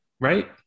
Right